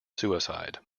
suicide